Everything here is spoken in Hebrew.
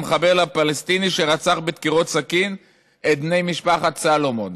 המחבל הפלסטיני שרצח בדקירות סכין את בני משפחת סלומון